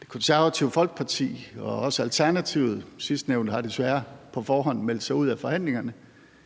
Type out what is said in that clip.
Det Konservative Folkeparti, Radikale Venstre og også Alternativet – sidstnævnte har desværre på forhånd meldt sig ud af forhandlingerne